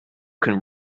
can